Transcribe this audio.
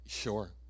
sure